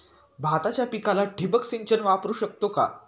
भाताच्या पिकाला ठिबक सिंचन वापरू शकतो का?